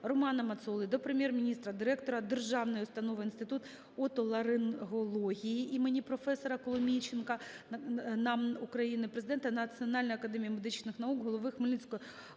Романа Мацоли до Прем'єр-міністра, директора Державної установи "Інститут отоларингології імені професора Коломійченка НАМН України", Президента Національної академії медичних наук, голови Хмельницької